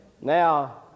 Now